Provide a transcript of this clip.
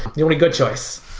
the only good choice,